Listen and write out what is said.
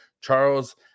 Charles